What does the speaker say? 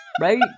right